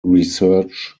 research